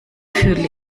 fühle